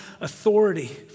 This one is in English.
authority